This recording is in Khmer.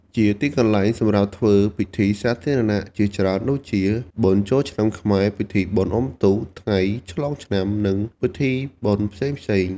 ជាទីកន្លែងសម្រាប់ធ្វើពិធីសាធារណៈជាច្រើនដូចជា បុណ្យចូលឆ្នាំខ្មែរ ពិធីបុណ្យអ៊ុំទូក ថ្ងៃឆ្លងឆ្នាំ និងពិធីបុណ្យផ្សេងៗ។